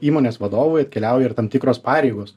įmonės vadovui atkeliauja ir tam tikros pareigos